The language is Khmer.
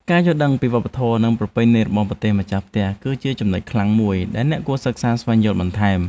ការយល់ដឹងពីវប្បធម៌និងប្រពៃណីរបស់ប្រទេសម្ចាស់ផ្ទះគឺជាចំណុចខ្លាំងមួយដែលអ្នកគួរតែសិក្សាស្វែងយល់បន្ថែម។